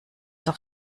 doch